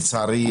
לצערי,